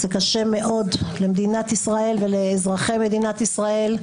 קשה מאוד למדינת ישראל ולאזרחי מדינת ישראל.